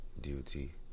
duty